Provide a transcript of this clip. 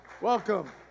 welcome